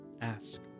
ask